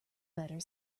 better